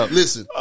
listen